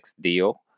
deal